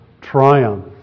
triumph